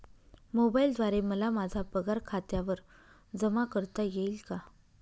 मोबाईलद्वारे मला माझा पगार खात्यावर जमा करता येईल का?